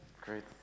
Great